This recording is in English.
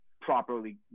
properly